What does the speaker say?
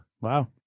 Wow